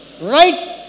Right